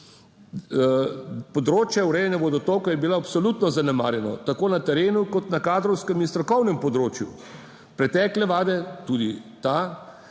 Področje urejanja vodotokov je bilo absolutno zanemarjeno tako na terenu kot na kadrovskem in strokovnem področju. Pretekle vlade, tudi ta